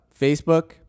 Facebook